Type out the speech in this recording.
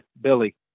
Billy